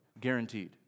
Guaranteed